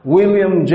William